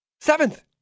Seventh